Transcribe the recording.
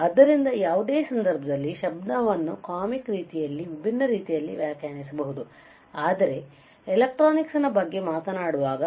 ಆದ್ದರಿಂದ ಯಾವುದೇ ಸಂದರ್ಭದಲ್ಲಿ ಶಬ್ದವನ್ನು ಕಾಮಿಕ್ ರೀತಿಯಲ್ಲಿ ವಿಭಿನ್ನ ರೀತಿಯಲ್ಲಿ ವ್ಯಾಖ್ಯಾನಿಸಬಹುದು ಆದರೆ ಎಲೆಕ್ಟ್ರಾನಿಕ್ಸ್ ಬಗ್ಗೆ ಮಾತನಾಡುವಾಗ